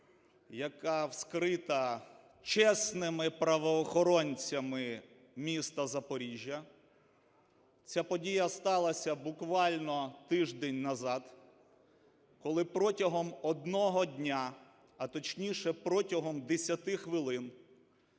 яка вскрита чесними правоохоронцям міста Запоріжжя. Ця подія сталася буквально тиждень назад, коли протягом одного дня, а точніше протягом 10 хвилин,